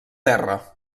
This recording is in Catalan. terra